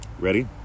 ready